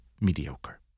mediocre